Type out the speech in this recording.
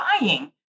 buying